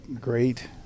great